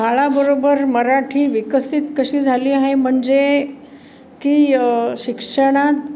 काळाबरोबर मराठी विकसित कशी झाली आहे म्हणजे की शिक्षणात